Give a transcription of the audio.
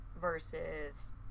versus